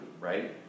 right